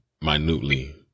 minutely